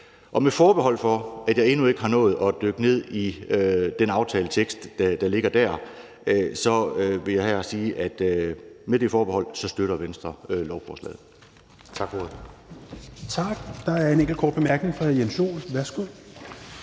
år. Med forbehold for, at jeg endnu ikke har nået at dykke ned i den aftaletekst, der ligger dér, så vil jeg her sige, at Venstre støtter lovforslaget.